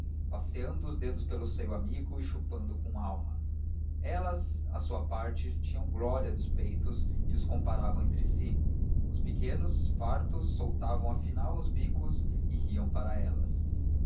passeando os dedos pelo seio amigo e chupando com alma elas à sua parte tinham glória dos peitos e os comparavam entre si os pequenos fartos soltavam afinal os bicos e riam para elas